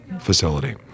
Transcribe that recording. facility